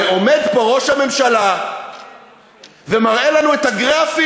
הרי עומד פה ראש הממשלה ומראה לנו את הגרפים.